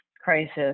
crisis